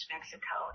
Mexico